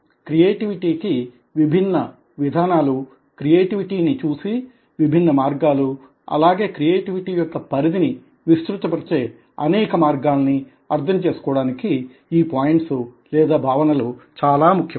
creativity కి విభిన్న విధానాలూ క్రియేటివిటీ ని చూసే విభిన్న మార్గాలూ అలాగే క్రియేటివిటీ యొక్క పరిధిని విస్తృతపరిచే అనేక మార్గాలని అర్ధం చేసుకోవడానికి ఈ పోయింట్స్ లేదా భావనలు చాలా ముఖ్యమైనవి